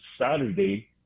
Saturday